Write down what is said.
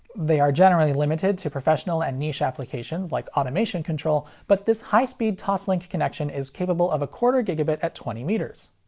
they are generally limited to professional and niche applications like automation control, but this high-speed toslink connection is capable of a quarter gigabit at twenty meters.